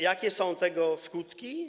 Jakie są tego skutki?